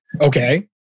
Okay